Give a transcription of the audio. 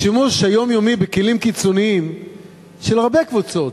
השימוש היומיומי בכלים קיצוניים של הרבה קבוצות,